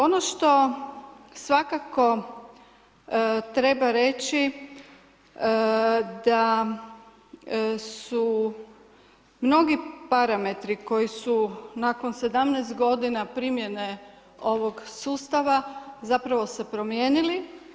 Ono što svakako treba reći, da su mnogi parametri, koji su nakon 17 g. primljene ovog sustava, zapravo se promijenili.